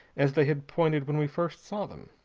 as they had pointed when we first saw them.